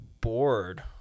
bored